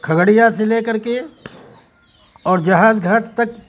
کھگڑیا سے لے کر کے اور جہاز گھاٹ تک